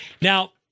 Now